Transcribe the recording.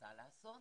ומנסה לעשות,